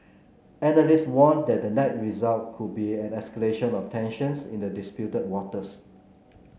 analysts warn that the net result could be an escalation of tensions in the disputed waters